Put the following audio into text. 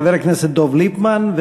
חבר הכנסת דב ליפמן,